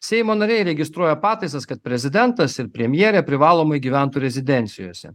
seimo nariai registruoja pataisas kad prezidentas ir premjerė privalomai gyventų rezidencijose